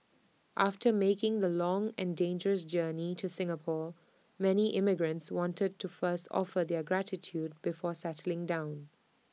after making the long and dangerous journey to Singapore many immigrants wanted to first offer their gratitude before settling down